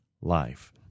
life